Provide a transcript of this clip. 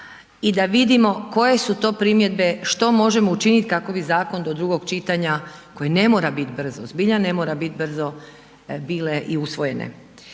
i da vidimo koje su to primjedbe, što možemo učiniti kako bi zakon do drugog čitanja koji ne mora biti brzo, zbilja ne mora bit brzo, bile i usvojene.